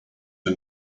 you